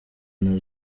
nazo